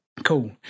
Cool